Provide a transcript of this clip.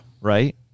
Right